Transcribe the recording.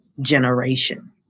generation